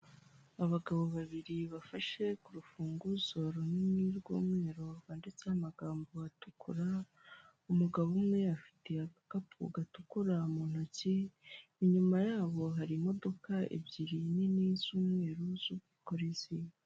Abagabo babiri bafashe ku rufunguzo runini rw'umweru rwanditseho amagambo atukura. Umugabo umwe afite agakapu gatukura mu ntoki, inyuma yabo hari imodoka ebyiri nini z'umweru z'ubwikorezi.